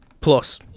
Plus